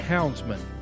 Houndsman